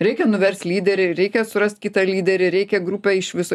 reikia nuverst lyderį reikia surast kitą lyderį reikia grupę iš viso